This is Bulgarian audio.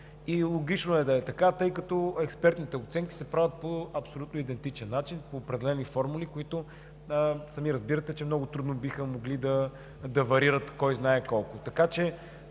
Логично е да е така, тъй като експертните оценки се правят по абсолютно идентичен начин, по определени формули, които сами разбирате, че много трудно биха могли да варират кой знае колко.